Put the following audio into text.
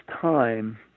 time